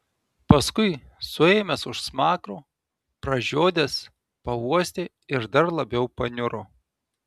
paskui suėmęs už smakro pražiodęs pauostė ir dar labiau paniuro